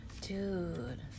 Dude